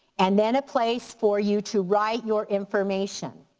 and then a place for you to write your information.